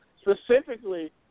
Specifically